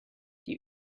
die